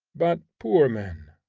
but poor men,